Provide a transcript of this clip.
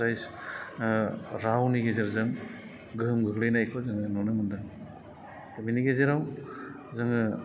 ओरै ओ रावनि गेजेरजों गोहोम गोग्लैनायखौ जोङो नुनो मोनदों दा बेनि गेजेराव जोङो